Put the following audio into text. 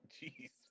Jeez